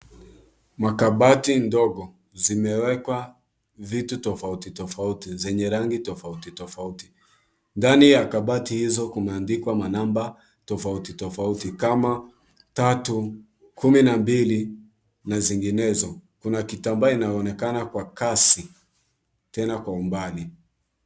Makabati ndogo, zimewekwa vitu tofauti tofauti zenye rangi tofauti tofauti. Ndani ya kabati hizo kumendikwa manamba tofauti tofauti kama 3, 12, na zinginezo. Kuna kitambaa kinaonekana kwa kasi, tena kwa umbali.